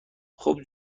خوب